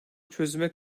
çözüme